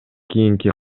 кийинки